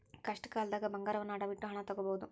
ಕಷ್ಟಕಾಲ್ದಗ ಬಂಗಾರವನ್ನ ಅಡವಿಟ್ಟು ಹಣ ತೊಗೋಬಹುದು